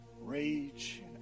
rage